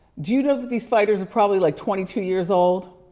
do you know that these fighters are probably like twenty two years old,